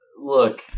Look